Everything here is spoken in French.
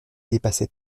dépassait